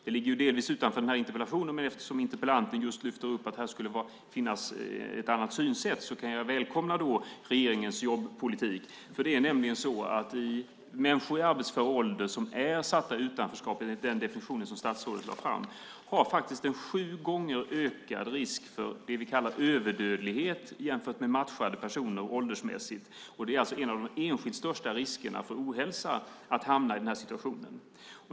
Det ligger delvis utanför den här interpellationen, men eftersom interpellanten lyfte upp att det skulle finnas ett annat synsätt välkomnar jag regeringens jobbpolitik. Människor i arbetsför ålder som befinner sig i utanförskap enligt den definition som statsrådet lade fram har en sju gånger högre risk för det vi kallar överdödlighet jämfört med åldersmässigt matchade personer. Det är alltså en av de enskilt största riskerna för ohälsa att hamna i den här situationen.